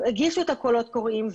הגישו קולות קוראים,